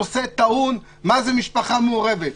אבל יש נושא טעון מה זה משפחה מעורבת.